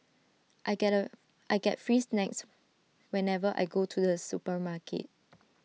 I get A I get free snacks whenever I go to the supermarket